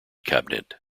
cabinet